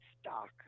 stock